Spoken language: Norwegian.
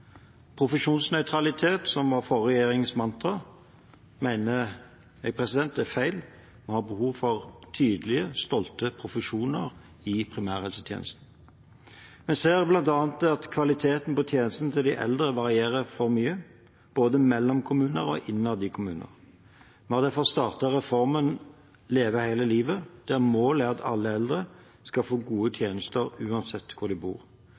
Profesjonsnøytralitet, som var forrige regjerings mantra, mener jeg er feil. Vi har behov for tydelige, stolte profesjoner i primærhelsetjenesten. Vi ser bl.a. at kvaliteten på tjenestene til de eldre varierer for mye, både mellom kommuner og innad i kommuner. Vi har derfor startet reformen Leve hele livet, der målet er at alle eldre skal få gode tjenester uansett hvor de bor.